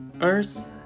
Earth